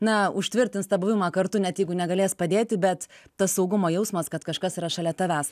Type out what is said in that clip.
na užtvirtins tą buvimą kartu net jeigu negalės padėti bet tas saugumo jausmas kad kažkas yra šalia tavęs